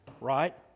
right